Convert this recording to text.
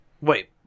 Wait